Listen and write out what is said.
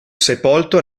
sepolto